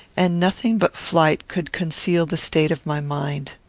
and nothing but flight could conceal the state of my mind.